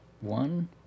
one